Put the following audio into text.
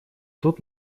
тут